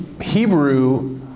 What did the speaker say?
Hebrew